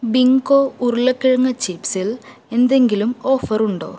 Bingo ഉരുളക്കിഴങ്ങ് ചിപ്സിൽ എന്തെങ്കിലും ഓഫറുണ്ടോ